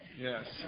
Yes